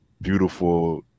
beautiful